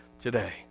today